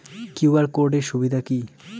QR code এর সুবিধা কি?